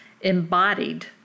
embodied